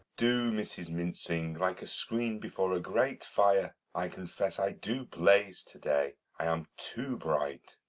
do, mrs. mincing, like a screen before a great fire. i confess i do blaze to-day i am too bright.